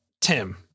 tim